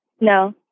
No